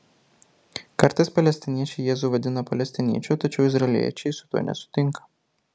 kartais palestiniečiai jėzų vadina palestiniečiu tačiau izraeliečiai su tuo nesutinka